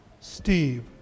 Steve